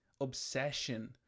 obsession